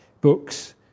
books